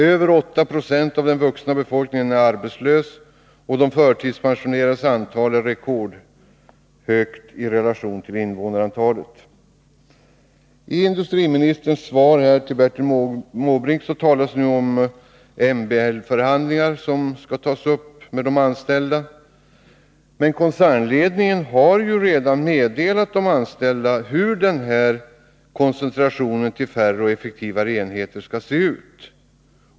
Över 8 Zo av den vuxna befolkningen är arbetslösa, och de förtidspensionerades antal är rekordhögt i relation till invånarantalet. I industriministerns svar till Bertil Måbrink sades det att MBL förhandlingar skall tas upp med de anställda. Men koncernledningen har ju redan meddelat de anställda hur denna ”koncentration av tillverkningen till färre och effektivare enheter” skall se ut.